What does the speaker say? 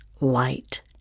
light